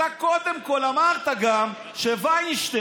אתה קודם כול אמרת גם שווינשטיין,